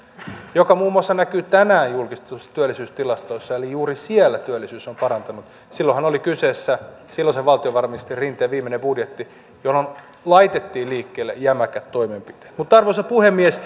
joka näkyy muun muassa tänään julkistetuissa työllisyystilastoissa eli juuri siellä työllisyys on parantunut silloinhan oli kyseessä silloisen valtiovarainministeri rinteen viimeinen budjetti jolloin laitettiin liikkeelle jämäkät toimenpiteet mutta arvoisa puhemies